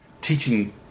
teaching